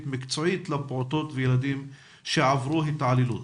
מקצועית לפעוטות וילדים שעברו התעללות.